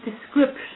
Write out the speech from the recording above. description